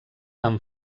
amb